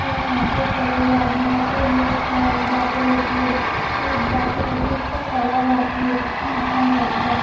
اور وہاں سے چلے جاؤ گھر کے لیے جان جاتے رہتی ہے جاتے رہتے اس کو ایک آواز آتی ہے خوں خوں کہہ کر